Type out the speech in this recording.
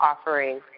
offering